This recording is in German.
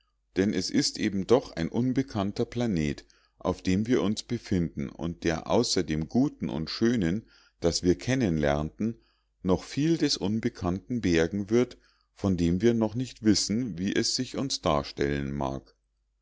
denn es ist eben doch ein unbekannter planet auf dem wir uns befinden und der außer dem guten und schönen das wir kennen lernten noch viel des unbekannten bergen wird von dem wir noch nicht wissen wie es sich uns darstellen mag